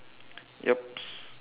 yup